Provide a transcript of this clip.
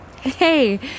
Hey